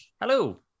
Hello